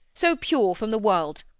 so pure from the world!